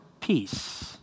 peace